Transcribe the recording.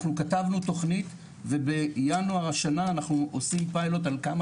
אנחנו כתבנו תכנית ובינואר השנה אנחנו עושים פיילוט על כמה